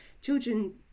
Children